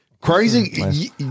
crazy